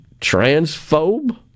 transphobe